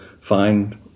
find